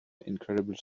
incredible